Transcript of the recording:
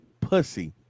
pussy